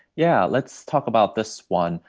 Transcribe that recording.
yeah, let's talk about this one.